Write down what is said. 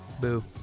boo